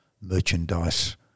merchandise